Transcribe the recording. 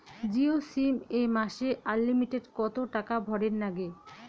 Jio sim এ মাসে unlimited কত টাকা ভরের নাগে?